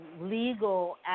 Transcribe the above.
legal